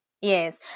Yes